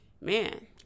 man